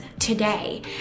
today